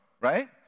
right